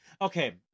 Okay